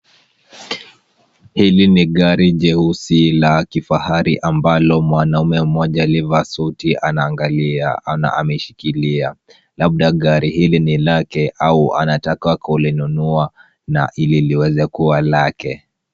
Hili ni gari jeusi la kifahari ambalo mwanaume mmoja aliyevaa suti anaangalia, ameishikilia labda gari hili ni lake au anataka kulinunua na ili liweze kuwa lake.